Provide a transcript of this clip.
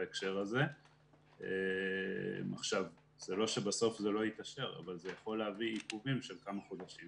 זה לא שבסוף זה לא יתאשר אבל זה יכול להביא עיכובים של כמה חודשים